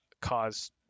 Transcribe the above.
cause